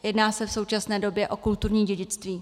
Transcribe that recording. Jedná se v současné době o kulturní dědictví.